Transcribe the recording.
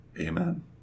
Amen